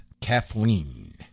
Kathleen